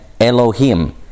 Elohim